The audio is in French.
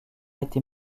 été